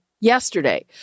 yesterday